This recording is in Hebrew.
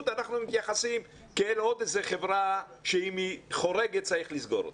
אנחנו מתייחסים כעוד איזה חברה שאם היא חורגת צריך לסגור אותה.